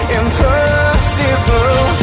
impossible